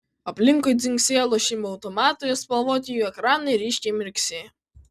aplinkui dzingsėjo lošimo automatai o spalvoti jų ekranai ryškiai mirksėjo